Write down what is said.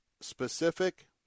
specific